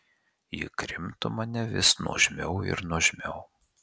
ji krimto mane vis nuožmiau ir nuožmiau